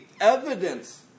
evidence